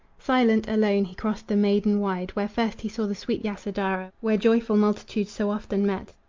silent, alone he crossed the maidan wide where first he saw the sweet yasodhara, where joyful multitudes so often met,